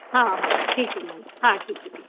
हाँ हाँ ठीक है मैम हाँ ठीक ठीक है